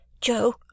Joe